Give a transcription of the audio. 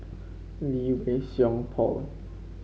Lee Wei Song Paul